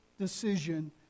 decision